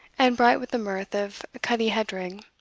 and bright with the mirth of cuddie headrigg.